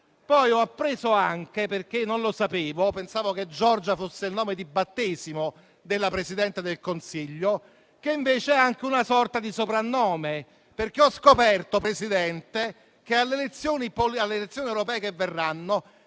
anche appreso - non lo sapevo, perché pensavo che Giorgia fosse il nome di battesimo della Presidente del Consiglio - che invece è anche una sorta di soprannome. Ho scoperto, signor Presidente, che alle elezioni europee che verranno